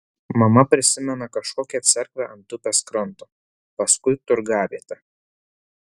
mama prisimena kažkokią cerkvę ant upės kranto paskui turgavietę